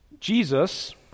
Jesus